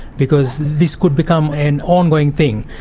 because this could become an ongoing thing.